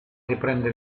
riprende